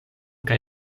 kaj